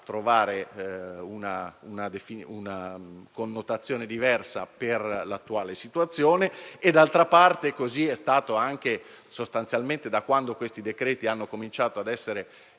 trovare una connotazione diversa per l'attuale situazione e, d'altra parte, così è stato sostanzialmente da quando questi decreti hanno cominciato ad essere